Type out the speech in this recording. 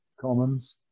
Commons